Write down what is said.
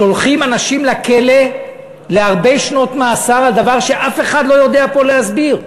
שולחים אנשים לכלא להרבה שנות מאסר על דבר שאף אחד לא יודע פה להסביר.